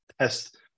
test